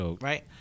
Right